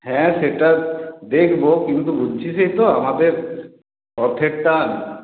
হ্যাঁ সেটা দেখব কিন্তু বুঝছিসই তো আমাদের অর্থের টান